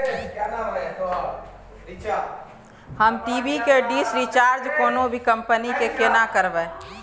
हम टी.वी के dish recharge कोनो भी कंपनी के केना करबे?